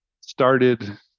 Started